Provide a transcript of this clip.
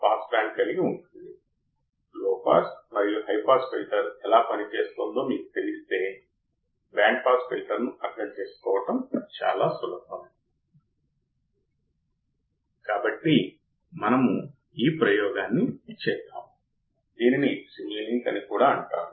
ఇది తిరిగి ఇన్వర్టింగ్ టెర్మినల్కు అనుసంధానించబడి ఉంది మీరు ఇక్కడ చూడవచ్చు ఒకవేళ అవుట్పుట్ Vin కంటే తక్కువగా ఉంటే సానుకూలంగా ఉంటుందిఎందుకంటే ఇది Vin ఇక్కడ ఉంది సరే Vin 2 వోల్ట్స్ అనుకుందాం అప్పుడు అవుట్పుట్ 1 వోల్ట్ ఉంటుంది